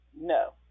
No